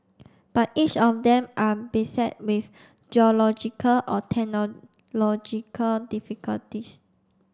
but each of them are beset with geological or technological difficulties